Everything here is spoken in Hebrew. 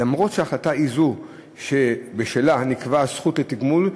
אף שההחלטה היא שבשלה נקבעה הזכות לתגמול,